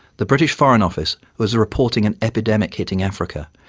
the british foreign office was reporting and anepidemic hitting africa,